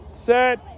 set